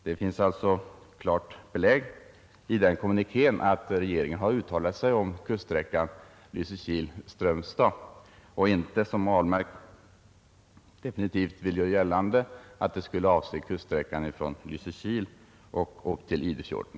Det finns alltså i denna kommuniké klart belägg för att regeringen har uttalat sig om kuststräckan Lysekil—-Strömstad och inte, som herr Ahlmark definitivt vill göra gällande, om kuststräckan från Lysekil upp till Idefjorden.